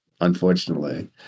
unfortunately